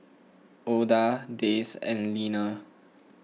Oda Dayse and Leaner